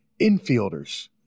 Infielders